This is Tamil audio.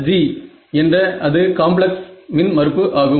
Zg என்ற அது காம்ப்ளக்ஸ் மின் மறுப்பு ஆகும்